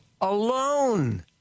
alone